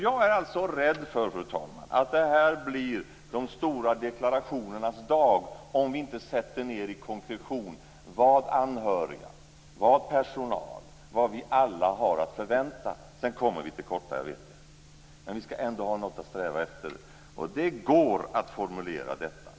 Jag är rädd för, fru talman, att det här blir de stora deklarationernas dag om vi inte sätter ned i konkretion vad anhöriga, personal och vi alla har att förvänta oss. Sedan kommer vi till korta, jag vet det. Men vi skall ändå ha något att sträva efter. Och det går att formulera detta.